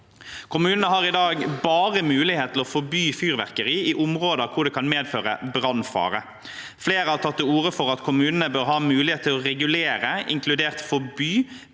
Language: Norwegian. Kommunene har i dag bare mulighet til å forby fyrverkeri i områder hvor det kan medføre brannfare. Flere har tatt til orde for at kommunene bør ha mulighet til å regulere, inkludert forby,